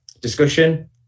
discussion